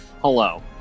Hello